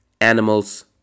animals